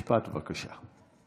משפט, בבקשה.